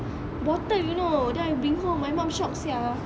bottle you know then I bring home my mom shock sia